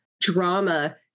drama